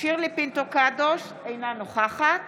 שירלי פינטו קדוש, אינה נוכחת